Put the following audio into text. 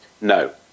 No